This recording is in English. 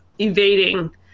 evading